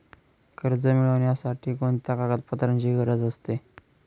कर्ज मिळविण्यासाठी कोणत्या कागदपत्रांची गरज असते?